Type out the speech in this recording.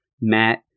Matt